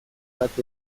bat